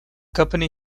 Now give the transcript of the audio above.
company